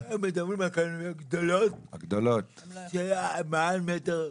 --- הם מדברים על קלנועיות גדולות של מעל 1.10 מטר.